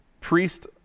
priest